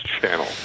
channel